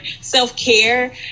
self-care